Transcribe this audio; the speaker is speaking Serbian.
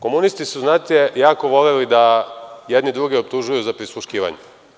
Komunisti su, znate, jako voleli da jedni druge optužuju za prisluškivanje.